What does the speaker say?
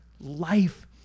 life